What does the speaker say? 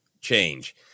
change